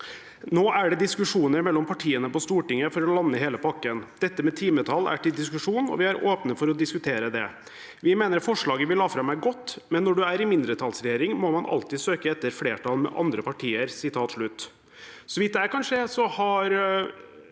«Nå er det diskusjoner mellom partiene på Stortinget for å lande hele pakken. Dette med timetallet er til diskusjon, og vi er åpne for å diskutere det. Vi mener forslaget vi la fram er godt, men når du er i mindretallsregjering må man alltid søke etter flertall med andre partier.» Så vidt jeg kan se, har